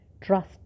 trust